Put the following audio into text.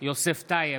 יוסף טייב,